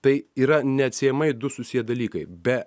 tai yra neatsiejamai du susiję dalykai be